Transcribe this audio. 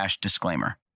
disclaimer